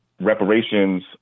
reparations